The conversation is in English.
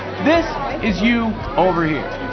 this is you over here.